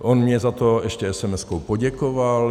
On mně za to ještě SMSkou poděkoval.